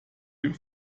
dem